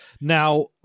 Now